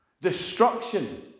Destruction